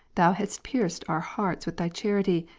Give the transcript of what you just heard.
thou hadst pierced our hearts with thy charity,